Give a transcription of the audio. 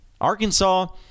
arkansas